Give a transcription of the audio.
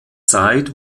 zeit